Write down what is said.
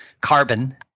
carbon